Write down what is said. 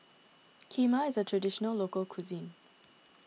Kheema is a Traditional Local Cuisine